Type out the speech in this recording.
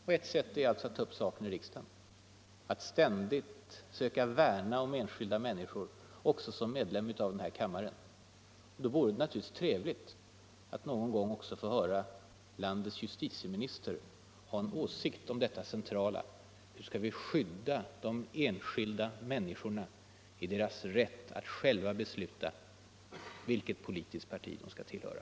Och ett sätt är alltså att ta upp saken i riksdagen, att ständigt söka värna om enskilda människor. Och då vore det ju trevligt att någon gång också få höra landets justitieminister ha en åsikt om 43 det centrala: Hur skall vi skydda de enskilda människorna när det gäller deras rätt att själva besluta om vilket politiskt parti de skall tillhöra?